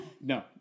no